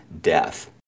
death